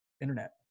internet